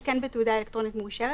הוא כן בתעודה אלקטרונית מאושרת,